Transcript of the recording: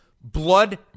Blood